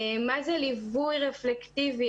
מה זה ליווי רפלקטיבי,